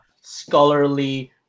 scholarly